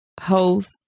host